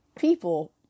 people